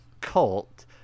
cult